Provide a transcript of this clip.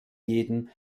jeden